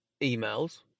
emails